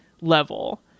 level